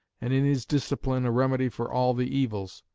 and in his discipline a remedy for all the evils,